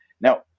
Now